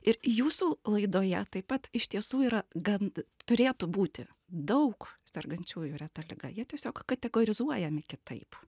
ir jūsų laidoje taip pat iš tiesų yra gan turėtų būti daug sergančiųjų reta liga jie tiesiog kategorizuojami kitaip